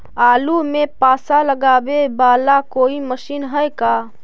आलू मे पासा लगाबे बाला कोइ मशीन है का?